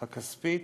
הכספית